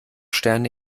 sterne